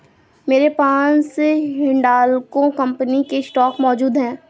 मेरे पास हिंडालको कंपनी के स्टॉक मौजूद है